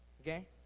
Okay